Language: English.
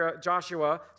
Joshua